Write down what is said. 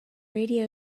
radio